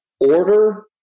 order